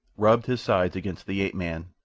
rubbed his sides against the ape-man,